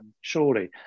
surely